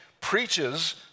preaches